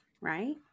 right